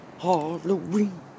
Halloween